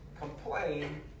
complain